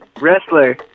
Wrestler